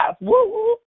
woo